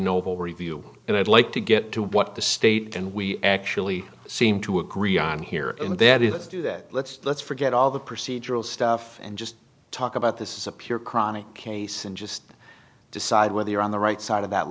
noble review and i'd like to get to what the state and we actually seem to agree on here and that is do that let's let's forget all the procedural stuff and just talk about this is a pure chronic case and just decide whether you're on the right side of that